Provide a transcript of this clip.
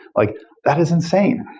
like that is insane.